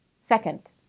Second